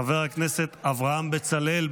חבר הכנסת אברהם בצלאל.